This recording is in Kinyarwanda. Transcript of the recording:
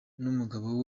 n’umugabo